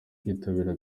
kwitabira